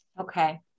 Okay